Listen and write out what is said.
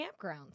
campgrounds